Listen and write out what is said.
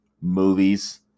movies